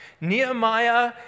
Nehemiah